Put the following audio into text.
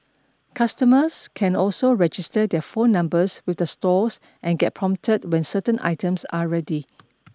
customers can also register their phone numbers with the stores and get prompted when certain items are ready